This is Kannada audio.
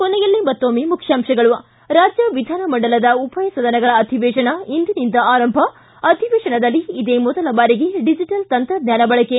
ಕೊನೆಯಲ್ಲಿ ಮತ್ತೊಮ್ಮೆ ಮುಖ್ಯಾಂಶಗಳು ಿಗಿರಾಜ್ಯ ವಿಧಾನಮಂಡಲದ ಉಭಯ ಸದನಗಳ ಅಧಿವೇಶನ ಇಂದಿನಿಂದ ಆರಂಭ ಅಧಿವೇಶನದಲ್ಲಿ ಇದೇ ಮೊದಲ ಬಾರಿಗೆ ಡಿಜೆಟಲ್ ತಂತ್ರಜ್ಞಾನ ಬಳಕೆ